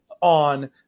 on